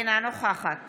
אינה נוכחת